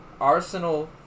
Arsenal